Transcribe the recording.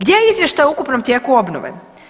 Gdje je izvještaj o ukupnom tijeku obnove?